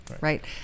Right